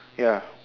ya